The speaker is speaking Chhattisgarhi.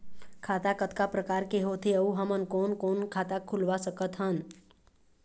खाता कतका प्रकार के होथे अऊ हमन कोन कोन खाता खुलवा सकत हन?